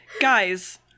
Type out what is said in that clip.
Guys